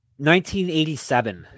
1987